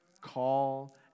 call